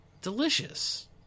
Delicious